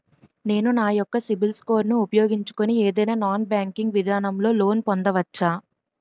నేను నా యెక్క సిబిల్ స్కోర్ ను ఉపయోగించుకుని ఏదైనా నాన్ బ్యాంకింగ్ విధానం లొ లోన్ పొందవచ్చా?